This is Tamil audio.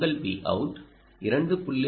உங்கள் Vout 2